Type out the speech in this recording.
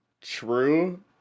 true